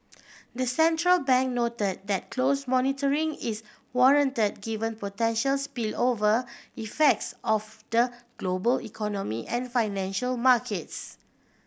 the central bank note that close monitoring is warrant given potential spillover effects of the global economy and financial markets